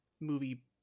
movie